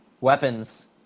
weapons